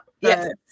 yes